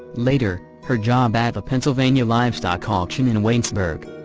later, her job at the pennsylvania livestock auction in waynesburg.